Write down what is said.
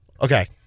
Okay